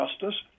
justice